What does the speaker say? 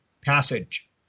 passage